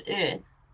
Earth